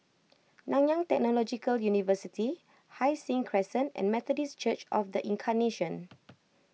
Nanyang Technological University Hai Sing Crescent and Methodist Church of the Incarnation